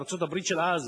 בארצות-הברית של אז,